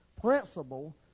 principle